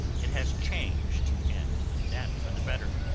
it has changed, and that for the better,